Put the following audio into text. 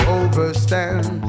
overstand